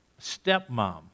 stepmom